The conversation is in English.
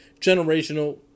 Generational